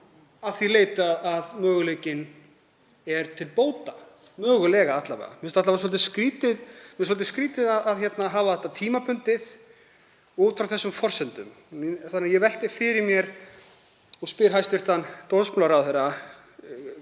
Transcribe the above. að því leyti að möguleikinn er til bóta. Mögulega alla vega. Mér finnst svolítið skrýtið að hafa þetta tímabundið út frá þessum forsendum. Þannig að ég velti fyrir mér og spyr hæstv. dómsmálaráðherra: